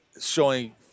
showing